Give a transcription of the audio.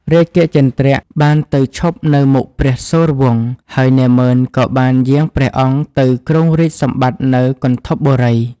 រាជគជេន្ទ្របានទៅឈប់នៅមុខព្រះសូរវង្ស ហើយនាម៉ឺនក៏បានយាងព្រះអង្គទៅគ្រងរាជ្យសម្បត្តិនៅគន្ធពបុរី ។